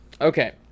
Okay